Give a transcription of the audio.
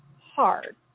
hard